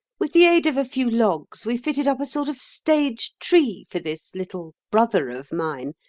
with the aid of a few logs we fitted up a sort of stage-tree for this little brother of mine,